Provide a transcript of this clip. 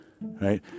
right